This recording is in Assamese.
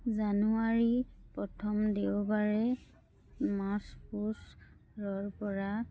জানুৱাৰী প্ৰথম দেওবাৰে মাচ পুচৰ পৰা